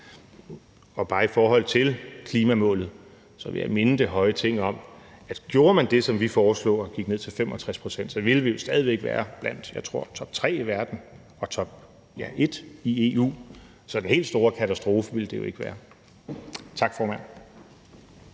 Og bare i forhold til klimamålet vil jeg minde det høje Ting om, at gjorde man det, som vi foreslår, og gik ned til 65 pct., så ville vi jo stadig væk være, tror jeg, blandt toptre i verden og topet i EU. Så den helt store katastrofe ville det jo ikke være. Tak, formand.